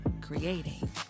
creating